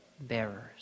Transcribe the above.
bearers